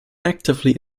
actively